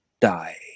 die